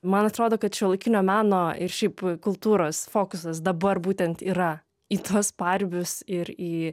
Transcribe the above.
man atrodo kad šiuolaikinio meno ir šiaip kultūros fokusas dabar būtent yra į tuos paribius ir į